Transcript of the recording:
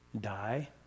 die